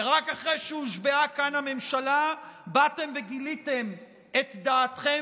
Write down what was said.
ורק אחרי שהושבעה כאן הממשלה באתם וגיליתם את דעתכם